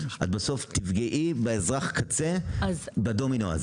את בסוף תפגעי באזרח הקצה בדומינו הזה.